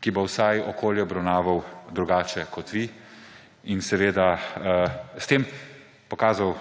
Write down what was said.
ki bo vsaj okolje obravnaval drugače kot vi in s tem pokazal